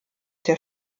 der